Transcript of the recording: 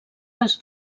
les